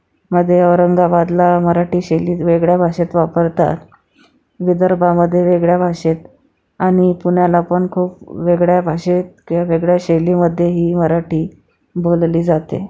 मध्ये औरंगाबादला मराठी शैलीत वेगळ्या भाषेत वापरतात विदर्भामध्ये वेगळ्या भाषेत आणि पुण्याला पण खूप वेगळ्या भाषेत किंवा वेगळ्या शैलीमध्येही मराठी बोलली जाते